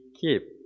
keep